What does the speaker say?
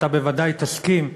אתה בוודאי תסכים,